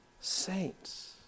saints